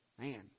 Man